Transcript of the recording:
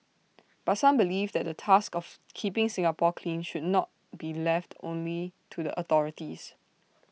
but some believe that the task of keeping Singapore clean should not be left only to the authorities